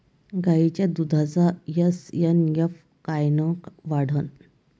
गायीच्या दुधाचा एस.एन.एफ कायनं वाढन?